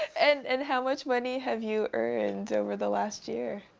and and how much money have you earned over the last year?